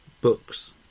books